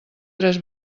tres